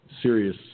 serious